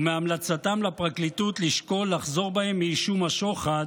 ומהמלצתם לפרקליטות לשקול לחזור בהם מאישום השוחד,